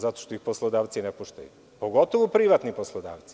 Zato što ih poslodavci ne puštaju, pogotovo privatni poslodavci.